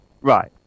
Right